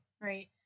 right